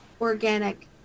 Organic